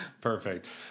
perfect